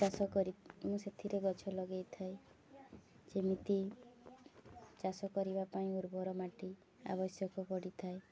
ଚାଷ କରି ମୁଁ ସେଥିରେ ଗଛ ଲଗେଇଥାଏ ଯେମିତି ଚାଷ କରିବା ପାଇଁ ଉର୍ବର ମାଟି ଆବଶ୍ୟକ ପଡ଼ିଥାଏ